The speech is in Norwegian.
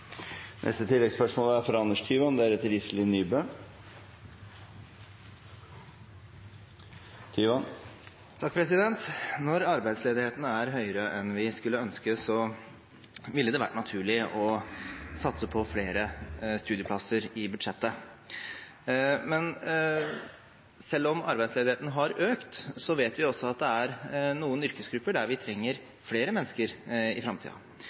Anders Tyvand – til oppfølgingsspørsmål. Når arbeidsledigheten er høyere enn vi skulle ønske, ville det vært naturlig å satse på flere studieplasser i budsjettet. Men selv om arbeidsledigheten har økt, vet vi også at det er noen yrkesgrupper der vi trenger flere mennesker i